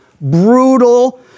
brutal